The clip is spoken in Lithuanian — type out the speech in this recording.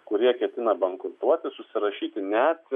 kurie ketina bankrutuoti susirašyti net